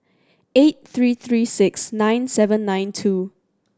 eight three three six nine seven nine two